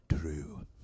true